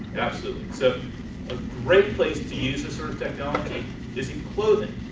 so so a great place to use this sort of technology is in clothing,